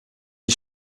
die